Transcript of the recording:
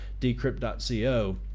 Decrypt.co